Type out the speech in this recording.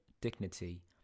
dignity